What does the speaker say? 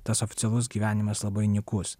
tas oficialus gyvenimas labai nykus